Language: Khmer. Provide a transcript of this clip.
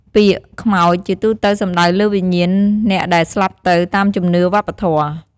ពាក្យ "ខ្មោច" ជាទូទៅសំដៅលើវិញ្ញាណអ្នកដែលស្លាប់ទៅ តាមជំនឿវប្បធម៍។